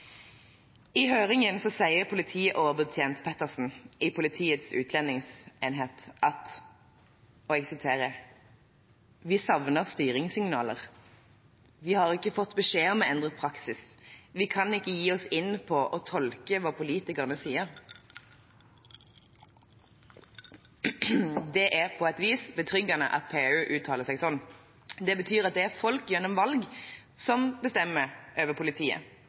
I høringen sier politioverbetjent Pettersen i Politiets utledningsenhet: Vi savner styringssignaler. Vi har ikke fått beskjed om endret praksis. Vi kan ikke gi oss inn på å tolke hva politikerne sier. Det er på et vis betryggende at PU uttaler seg slik. Det betyr at det er folket, gjennom valg, som bestemmer over politiet.